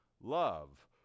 love